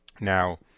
Now